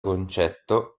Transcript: concetto